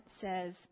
says